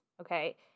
okay